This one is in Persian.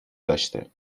داشته